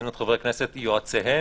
חסינות חברי הכנסת ויועציהם?